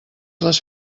les